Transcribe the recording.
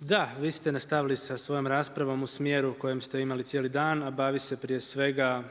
Da, vi ste nastavili sa svojom raspravom u smjeru u kojem ste imali cijeli dan, a bavi se prije svega